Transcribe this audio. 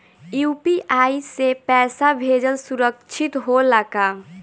UPI से पैसा भेजल सुरक्षित होला का?